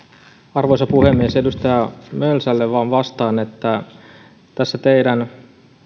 arvoisa puhemies edustaja mölsälle vastaan vain että tässä teidän